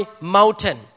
mountain